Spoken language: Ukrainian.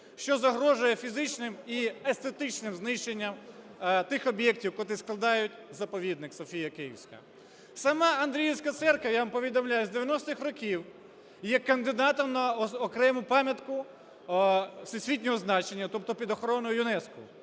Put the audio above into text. що загрожує фізичним і естетичним знищенням тих об'єктів, котрі складають заповідник "Софія Київська". Сама Андріївська церква , я вам повідомляю, з 90-х років є кандидатом на окрему пам'ятку всесвітнього значення, тобто під охороною ЮНЕСКО.